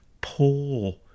poor